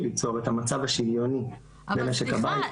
ליצור את המצב השוויוני --- אבל סליחה.